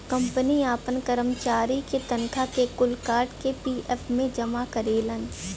company आपन करमचारी के तनखा के कुछ काट के पी.एफ मे जमा करेलन